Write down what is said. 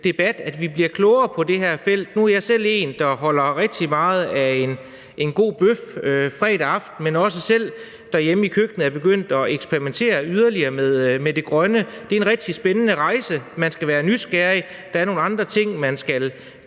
at vi bliver klogere på det her felt. Nu er jeg selv en, der holder rigtig meget af en god bøf fredag aften, men er også selv derhjemme i køkkenet begyndt at eksperimentere yderligere med det grønne. Det er en rigtig spændende rejse, man skal være nysgerrig, og der er nogle andre ting, man skal